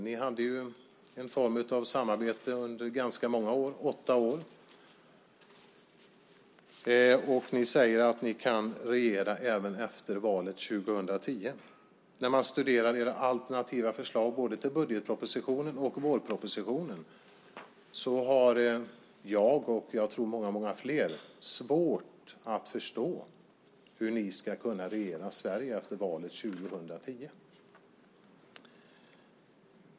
Ni hade ju en form av samarbete under ganska många år, åtta år, och ni säger att ni kan regera även efter valet 2010. När jag studerar era alternativa förslag till både budgetpropositionen och vårpropositionen har jag - och jag tror att det gäller många fler - svårt att förstå hur ni ska kunna regera Sverige efter valet 2010.